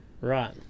right